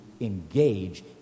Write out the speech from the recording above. engage